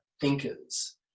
thinkers